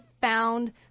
found